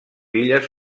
illes